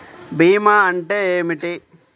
భీమా అంటే ఏమిటి?